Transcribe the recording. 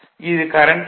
இது current I0